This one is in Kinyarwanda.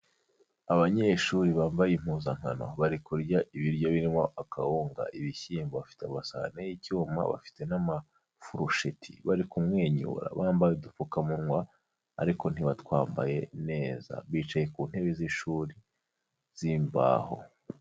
Abanyeshuri bambaye impuzankano bari kurya ibiryo birimo akawunga, ibishyimbo, bafite amasahane y'icyuma, bafite n'amafurusheti, bari kumwenyura bambaye udupfukamunwa ariko ntibatwambaye neza, bicaye ku ntebe z'ishuri z'imbaho.